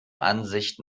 ansicht